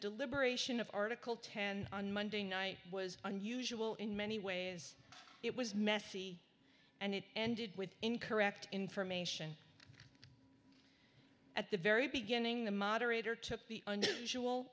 deliberation of article ten on monday night was unusual in many ways it was messy and it ended with incorrect information at the very beginning the moderator took the